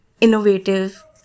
innovative